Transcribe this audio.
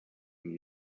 and